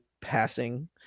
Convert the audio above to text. passing